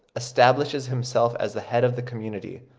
establishes himself as the head of the community.